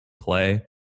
play